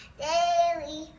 daily